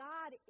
God